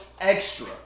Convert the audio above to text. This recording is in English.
extra